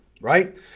right